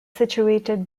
situated